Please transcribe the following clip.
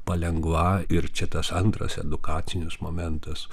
palengva ir čia tas antras edukacinis momentas